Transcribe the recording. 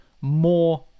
more